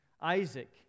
Isaac